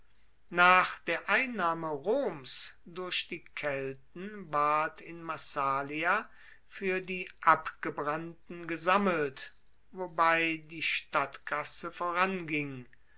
nach der einnahme roms durch die kelten ward in massalia fuer die abgebrannten gesammelt wobei die stadtkasse voranging